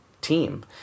team